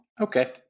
Okay